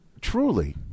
truly